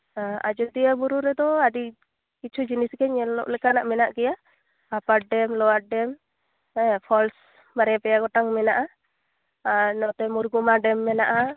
ᱦᱮᱸ ᱟᱡᱚᱫᱤᱭᱟᱹ ᱵᱩᱨᱩ ᱨᱮᱫᱚ ᱟᱹᱰᱤ ᱠᱤᱪᱷᱩ ᱡᱤᱱᱤᱥ ᱜᱮ ᱧᱮᱞᱚᱜ ᱞᱮᱠᱟᱱᱟᱜ ᱢᱮᱱᱟᱜ ᱜᱮᱭᱟ ᱟᱯᱟᱨ ᱰᱮᱢ ᱞᱳᱣᱟᱨ ᱰᱮᱢ ᱦᱮᱸ ᱯᱷᱚᱞᱥ ᱵᱟᱨᱭᱟ ᱯᱮᱭᱟ ᱜᱚᱴᱟᱝ ᱢᱮᱱᱟᱜᱼᱟ ᱟᱨ ᱱᱚᱛᱮ ᱢᱩᱨᱠᱩᱢᱟ ᱰᱮᱢ ᱢᱮᱱᱟᱜᱼᱟ